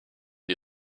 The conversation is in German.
die